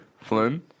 Flume